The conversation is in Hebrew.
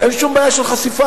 אין שום בעיה של חשיפה,